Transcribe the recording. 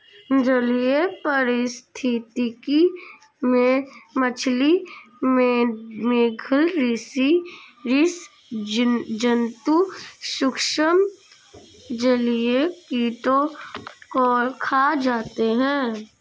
जलीय पारिस्थितिकी में मछली, मेधल स्सि जन्तु सूक्ष्म जलीय कीटों को खा जाते हैं